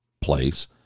place